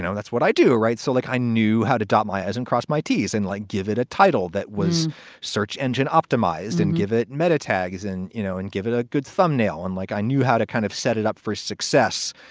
that's what i do. right? so, like, i knew how to dot my eyes. it crossed my t's and like, give it a title that was search engine optimized and give it meta tags and, you know, and give it a good thumbnail. and like, i knew how to kind of set it up for success,